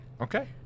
okay